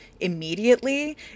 immediately